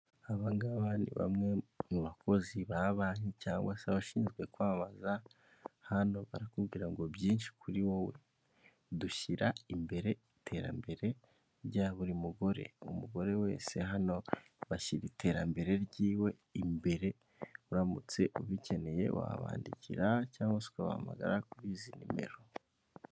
Aba ngaba ni bamwe mu bakozi ba banki cyangwa se abashinzwe kwamamaza, hano barakubwira ngo ''byinshi kuri wowe dushyira imbere iterambere rya buri mugore'' umugore wese hano bashyirare iterambere ryiwe imbere, uramutse ubikeneye wabandikira cyangwa se ukabahamagara kuri izi nimero.